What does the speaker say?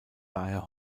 daher